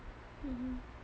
mmhmm